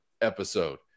episode